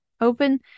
open